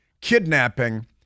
kidnapping